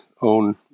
own